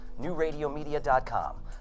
NewRadioMedia.com